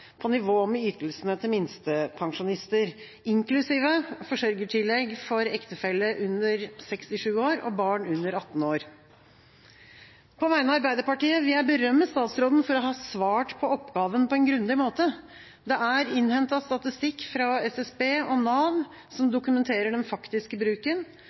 på nivå med ytelsene til minstepensjonister, inklusive forsørgertillegg for ektefelle under 67 år og barn under 18 år. På vegne av Arbeiderpartiet vil jeg berømme statsråden for å ha svart på oppgaven på en grundig måte. Det er innhentet statistikk fra SSB og Nav som dokumenterer den faktiske bruken.